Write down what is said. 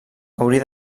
hauria